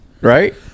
right